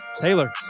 Taylor